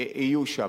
יהיו שם.